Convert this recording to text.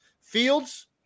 Fields